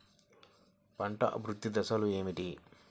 పంట అభివృద్ధి దశలు ఏమిటి?